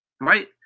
Right